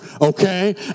okay